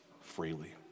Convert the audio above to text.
freely